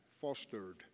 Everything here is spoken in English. Fostered